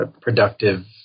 productive